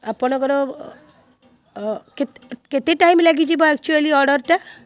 ଆପଣଙ୍କର କେତେ ଟାଇମ୍ ଲାଗିଯିବ ଆକ୍ଚୁଲି ଅର୍ଡର୍ଟା